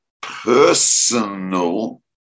personal